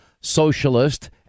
socialist